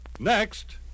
Next